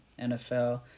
NFL